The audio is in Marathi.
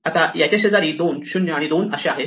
आता याचे शेजारी 2 0 आणि 2 असे आहेत